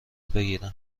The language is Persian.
بگیرم